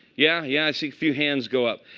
yeah, yeah. i see a few hands go up.